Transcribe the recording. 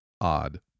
Odd